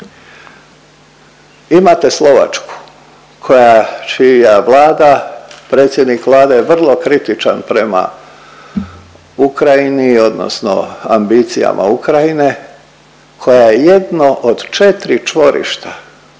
Imate Slovačku koja čija vlada predsjednik vlade je vrlo kritičan prema Ukrajini odnosno ambicijama Ukrajine koja jedno od četri čvorišta,